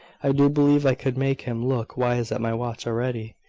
i do believe i could make him look wise at my watch already.